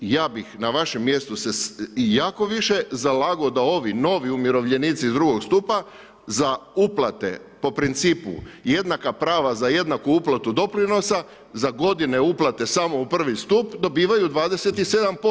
Ja bih na vašem mjestu se jako više zalagao da ovi novi umirovljenici drugog stupa za uplate po principu, jednaka prava za jednak uplatu doprinosa za godine uplate samo u prvi stup dobivaju 27%